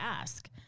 ask